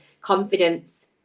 confidence